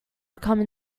become